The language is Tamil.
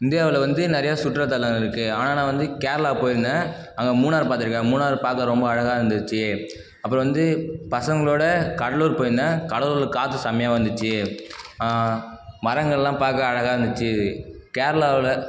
இந்தியாவில் வந்து நிறைய சுற்றுலாத்தலம் இருக்குது ஆனால் நான் வந்து கேரளா போயிருந்தேன் அங்கே மூணாறு பார்த்துருக்கேன் மூணாறு பார்க்க ரொம்ப அழகாக இருந்துச்சு அப்புறம் வந்து பசங்களோடு கடலூர் போயிருந்தேன் கடலூரில் காற்று செமையாக வந்துச்சு மரங்களெலாம் பார்க்க அழகாக இருந்துச்சு கேரளாவில்